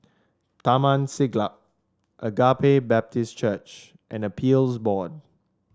Taman Siglap Agape Baptist Church and Appeals Board